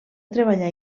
treballar